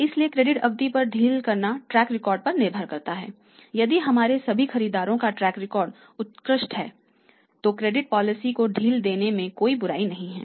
इसलिए क्रेडिट अवधि में ढील करना ट्रैक रिकॉर्ड पर निर्भर करता है यदि हमारे सभी खरीदारों का ट्रैक रिकॉर्ड उत्कृष्ट है तो क्रेडिट पॉलिसी को ढील देने में कोई बुराई नहीं है